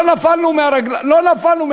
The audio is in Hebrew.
לא נפלנו מהכיסא.